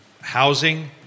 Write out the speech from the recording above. housing